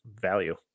value